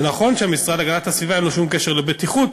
זה נכון שהמשרד להגנת הסביבה אין לו שום קשר לבטיחות,